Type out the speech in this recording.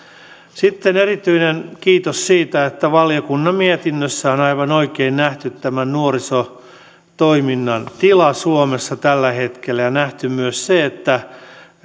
sitten erityinen kiitos siitä että valiokunnan mietinnössä on aivan oikein nähty nuorisotoiminnan tila suomessa tällä hetkellä ja nähty myös se että